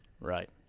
Right